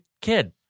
kid